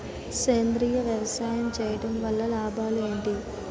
సేంద్రీయ వ్యవసాయం చేయటం వల్ల లాభాలు ఏంటి?